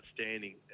outstanding